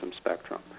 spectrum